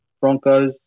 Broncos